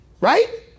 right